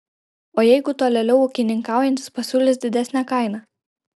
o jeigu tolėliau ūkininkaujantis pasiūlys didesnę kainą